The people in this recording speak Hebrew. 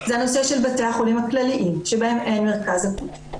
זה הנושא של בתי החולים הכלליים שבהם אין מרכז אקוטי.